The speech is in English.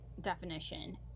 definition